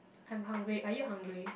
I'm hungry are you hungry